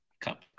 cup